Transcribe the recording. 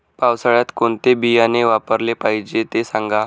पावसाळ्यात कोणते बियाणे वापरले पाहिजे ते सांगा